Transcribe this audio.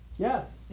yes